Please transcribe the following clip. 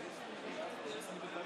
מאז הופעלה מחדש סמכות